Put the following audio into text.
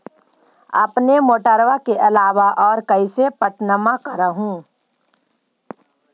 अपने मोटरबा के अलाबा और कैसे पट्टनमा कर हू?